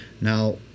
Now